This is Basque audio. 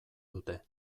dute